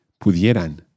pudieran